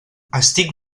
estic